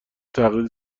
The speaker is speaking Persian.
تقلید